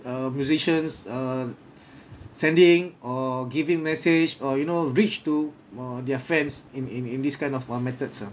uh musicians uh sending or giving message or you know reach to uh their fans in in in this kind of uh methods ah